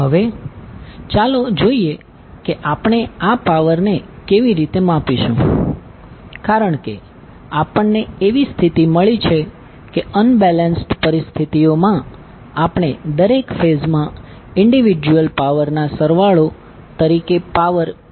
હવે ચાલો જોઈએ કે આપણે આ પાવરને કેવી રીતે માપીશું કારણ કે આપણને એવી સ્થિતિ મળી છે કે અનબેલેન્સ્ડ પરિસ્થિતિઓમાં આપણે દરેક ફેઝમાં ઈન્ડીવિડ્યુલ પાવરના સરવાળો તરીકે પાવર P નું મૂલ્ય મેળવીશું